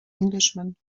englishman